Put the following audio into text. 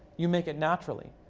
you make it naturally,